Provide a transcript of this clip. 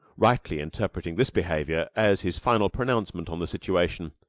rightly interpreting this behavior as his final pronouncement on the situation.